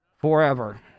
forever